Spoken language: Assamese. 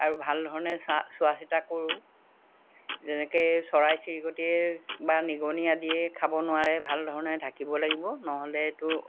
আৰু ভাল ধৰণে চা চোৱা চিতা কৰোঁ যেনেকৈ চৰাই চিৰিকটিয়ে বা নিগনি আদিয়েই খাব নোৱাৰে ভাল ধৰণে ঢাকিব লাগিব নহ'লেতো